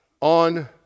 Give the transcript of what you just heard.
on